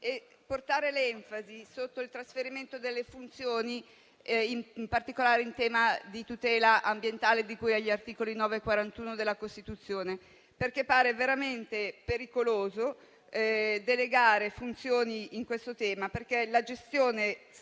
Porto l'enfasi sul trasferimento delle funzioni, in particolare in tema di tutela ambientale, di cui agli articoli 9 e 41 della Costituzione. Appare veramente pericoloso, infatti, delegare funzioni in questa materia, perché la gestione statale